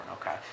okay